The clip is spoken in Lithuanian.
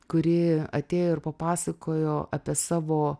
kuri atėjo ir papasakojo apie savo